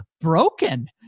broken